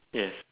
yes